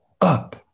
up